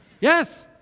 Yes